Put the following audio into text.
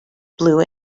blue